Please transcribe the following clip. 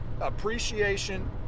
appreciation